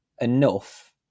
enough